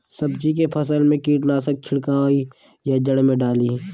सब्जी के फसल मे कीटनाशक छिड़काई या जड़ मे डाली?